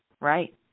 Right